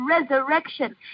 resurrection